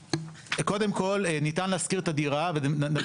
קודם כל ניתן להשכיר את הדירה וזה נתון